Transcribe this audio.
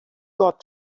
got